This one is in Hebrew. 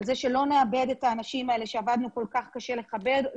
על כך שלא נאבד את האנשים האלה שעבדנו כל כך קשה לחבר